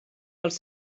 dels